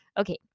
Okay